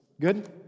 Good